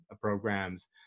programs